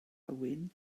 hywyn